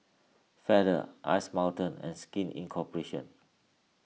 Feather Ice Mountain and Skin Incooperation